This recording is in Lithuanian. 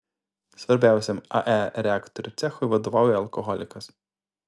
svarbiausiam ae reaktorių cechui vadovauja alkoholikas